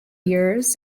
years